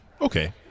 Okay